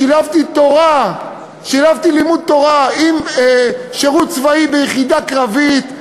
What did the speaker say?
שילבתי לימוד תורה עם שירות צבאי ביחידה קרבית,